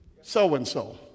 so-and-so